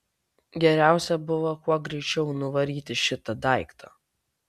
geriausia buvo kuo greičiau nuvaryti šitą daiktą